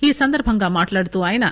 ఈ సందర్భంగా మాట్లాడుతూ ఆయన